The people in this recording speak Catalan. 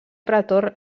pretor